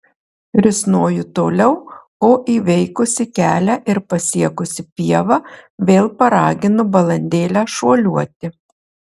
risnoju toliau o įveikusi kelią ir pasiekusi pievą vėl paraginu balandėlę šuoliuoti